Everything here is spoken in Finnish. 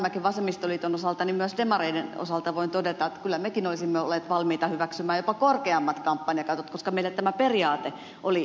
arhinmäki vasemmistoliiton osalta totesi voin myös demareiden todeta että kyllä mekin olisimme olleet valmiita hyväksymään jopa korkeammat kampanjakatot koska meille tämä periaate on niin tärkeä